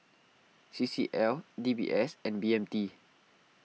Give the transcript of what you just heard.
C C L D B S and B M T